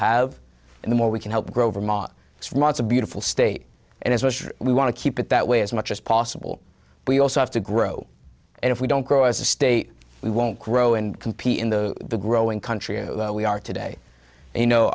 have and the more we can help grow vermont smuts a beautiful state and as well we want to keep it that way as much as possible we also have to grow and if we don't grow as a state we won't grow and compete in the the growing country as we are today and you know